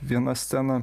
viena scena